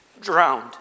Drowned